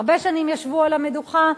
הרבה שנים ישבו על המדוכה,